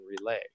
relay